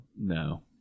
No